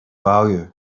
value